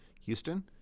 Houston